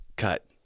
cut